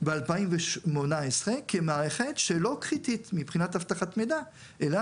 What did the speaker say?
ב-2018 כמערכת שלא קריטית מבחינת אבטחת מידע אלא